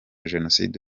jenoside